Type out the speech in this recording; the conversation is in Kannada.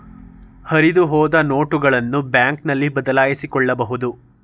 ಹರಿದುಹೋದ ನೋಟುಗಳನ್ನು ಬ್ಯಾಂಕ್ನಲ್ಲಿ ಬದಲಾಯಿಸಿಕೊಳ್ಳಬಹುದು